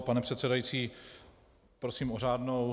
Pane předsedající, prosím o řádnou.